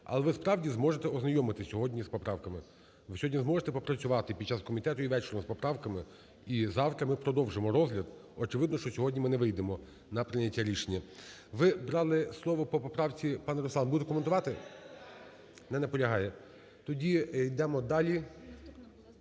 Але ви справді зможете ознайомитися сьогодні з поправками. Ви сьогодні зможете попрацювати під час комітету і ввечері з поправками, і завтра ми продовжимо розгляд. Очевидно, що сьогодні ми не вийдемо на прийняття рішення. Ви брали слово по поправці. Пане Руслан, будете коментувати? (Шум у залі) Не наполягає. Тоді йдемо далі.